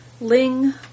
Ling